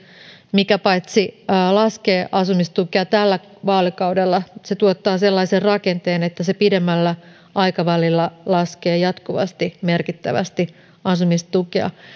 mikä paitsi laskee asumistukea tällä vaalikaudella myös tuottaa sellaisen rakenteen että se pidemmällä aikavälillä laskee jatkuvasti merkittävästi asumistukea